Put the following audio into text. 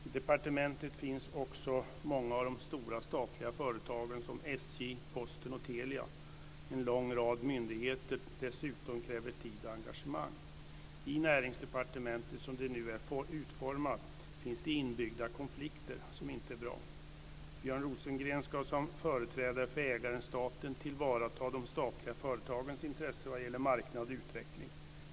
I departementet finns också många av de stora statliga företagen som SJ, Posten och Telia, och en lång rad myndigheter som dessutom kräver tid och engagemang. I Näringsdepartementet som det nu är utformat finns det inbyggda konflikter som inte är bra. Björn Rosengren ska som företrädare för ägaren, staten, tillvarata de statliga företagens intresse vad gäller marknad och utveckling.